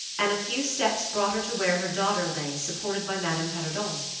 and a few steps brought her to where her daughter lay, supported by madame perrodon.